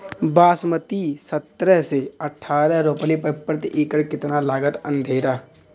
बासमती सत्रह से अठारह रोपले पर प्रति एकड़ कितना लागत अंधेरा?